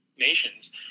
nations